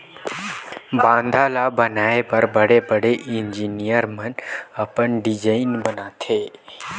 बांधा ल बनाए बर बड़े बड़े इजीनियर मन अपन डिजईन बनाथे